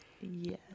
Yes